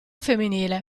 femminile